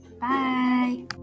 Bye